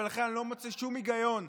ולכן אני לא מוצא שום היגיון,